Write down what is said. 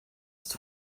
ist